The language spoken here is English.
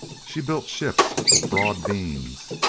she built ships of broad beans,